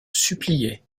suppliaient